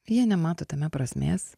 jie nemato tame prasmės